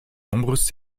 nombreuses